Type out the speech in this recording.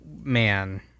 Man